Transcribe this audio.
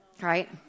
Right